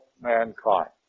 mankind